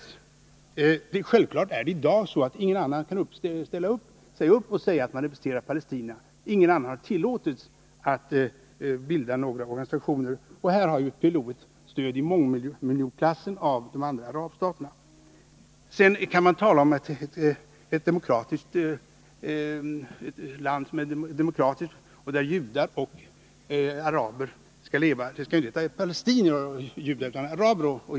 Självfallet är det i dag så, att inga andra än PLO kan ställa sig upp och säga att de representerar Palestina. Inga andra har tillåtits bilda några organisationer. Och här har PLO ett stöd i mångmiljonklassen av de andra arabstaterna. Man kan tala om ett demokratiskt land, där araber och judar — det skall 115 inte heta palestinier och judar — skall få leva.